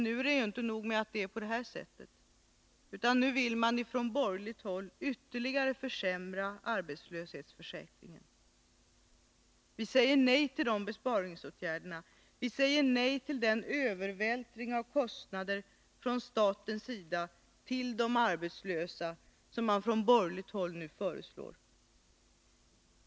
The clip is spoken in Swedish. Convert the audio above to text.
Nu är det inte nog med det här, utan nu vill man från borgerligt håll ytterligare försämra arbetslöshetsförsäkringen. Vi säger nej till de besparingsåtgärderna. Vi säger nej till den övervältring av kostnader från staten på de arbetslösa som man från borgerligt håll nu föreslår.